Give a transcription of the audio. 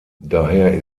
daher